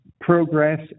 progress